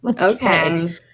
Okay